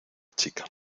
chica